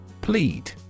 Plead